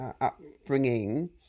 upbringing